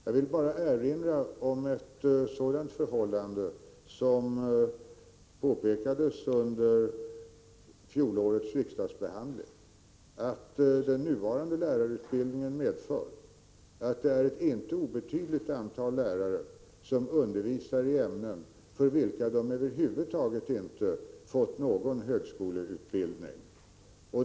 Jag vill bara erinra om ett förhållande som påpekades under fjolårets riksdagsbehandling, nämligen att den nuvarande lärarutbildningen medför att ett inte obetydligt antal lärare undervisar i ämnen för vilka de över huvud taget inte har fått någon högskoleutbildning.